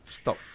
stop